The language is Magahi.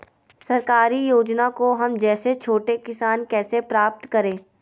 सरकारी योजना को हम जैसे छोटे किसान कैसे प्राप्त करें?